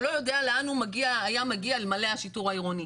הוא לא יודע לאן היה מגיע אלמלא השיטור העירוני.